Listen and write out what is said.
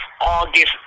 August